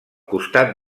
costat